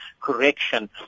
correction